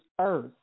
earth